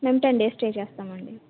మేము ten days stay చేస్తామండి